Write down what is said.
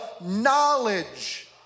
knowledge